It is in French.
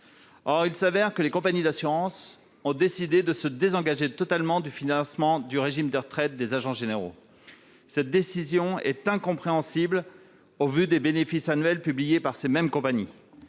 Or il se trouve que les compagnies d'assurances ont décidé de se désengager totalement du financement du régime de retraite des agents généraux. Cette décision est incompréhensible au regard des bénéfices annuels publiés par ces mêmes compagnies.